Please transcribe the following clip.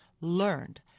learned